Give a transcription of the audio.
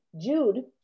Jude